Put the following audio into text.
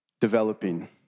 developing